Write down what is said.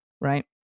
right